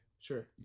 Sure